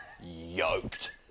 yoked